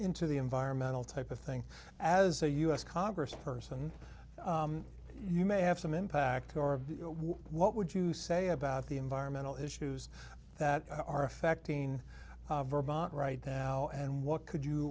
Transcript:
into the environmental type of thing as the u s congress person you may have some impact or what would you say about the environmental issues that are affecting vrba right now and what could you